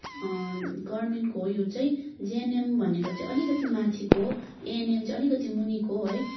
गभर्नमेन्टको हो यो चाहिँ जिएनएम भनेको चाहिँ अलिकति माथिको हो एएनएम चाहिँ अलिकति मुनिको हो है